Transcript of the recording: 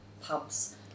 pubs